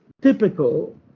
typical